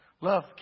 Love